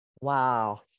Wow